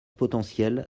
potentiels